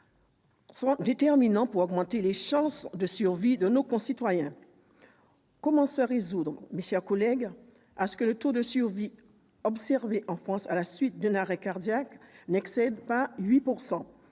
sont déterminants pour augmenter les chances de survie de nos concitoyens. Comment nous résoudre, mes chers collègues, à ce que le taux de survie observé en France à la suite d'un arrêt cardiaque n'excède pas 8